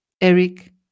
Eric